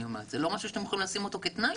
זה לא משהו שאתם יכולים לשים אותו כתנאי?